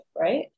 right